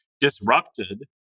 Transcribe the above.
disrupted